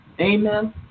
Amen